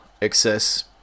excess